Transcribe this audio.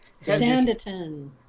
Sanditon